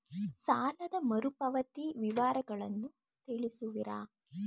ಸಾಲದ ಮರುಪಾವತಿ ವಿವರಗಳನ್ನು ತಿಳಿಸುವಿರಾ?